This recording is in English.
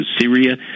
Syria